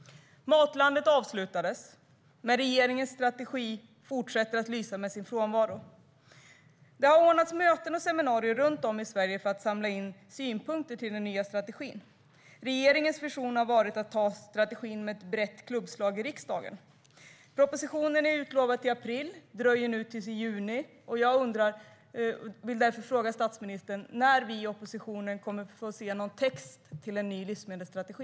Matlandet Sverige avslutades, men regeringens strategi fortsätter att lysa med sin frånvaro. Det har ordnats möten och seminarier runt om i Sverige för att samla in synpunkter till den nya strategin. Regeringens vision har varit att anta strategin med ett brett klubbslag i riksdagen. Propositionen som var utlovad till april dröjer nu till i juni. Jag vill därför fråga statsministern när vi i oppositionen kommer att få se texten till en ny livsmedelsstrategi.